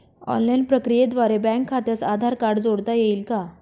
Online प्रक्रियेद्वारे bank खात्यास Aadhaar card जोडता येईल का?